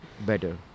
better